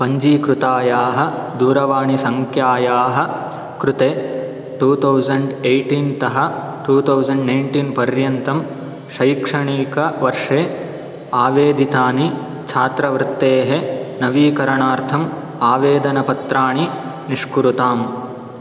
पञ्जीकृतायाः दूरवाणीसङ्ख्यायाः कृते टु थौज़ण्ड् एटीन्तः टु थौज़ण्ड् नैण्टीन् पर्यन्तं शैक्षणिकवर्षे आवेदितानि छात्रवृत्तेः नवीकरणार्थम् आवेदनपत्राणि निष्कुरुताम्